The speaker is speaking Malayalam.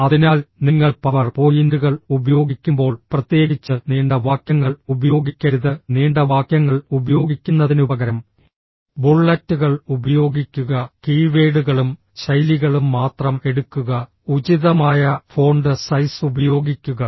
അതിനാൽ നിങ്ങൾ പവർ പോയിന്റുകൾ ഉപയോഗിക്കുമ്പോൾ പ്രത്യേകിച്ച് നീണ്ട വാക്യങ്ങൾ ഉപയോഗിക്കരുത് നീണ്ട വാക്യങ്ങൾ ഉപയോഗിക്കുന്നതിനുപകരം ബുള്ളറ്റുകൾ ഉപയോഗിക്കുക കീവേഡുകളും ശൈലികളും മാത്രം എടുക്കുക ഉചിതമായ ഫോണ്ട് സൈസ് ഉപയോഗിക്കുക